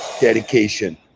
dedication